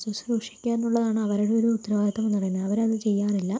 ശുശ്രൂഷിക്കാനുള്ളതാണ് അവരുടെ ഒരു ഉത്തരവാദിത്വം എന്ന് പറയുന്നത് അവരത് ചെയ്യാറില്ല